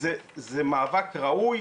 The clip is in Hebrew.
זה מאבק ראוי,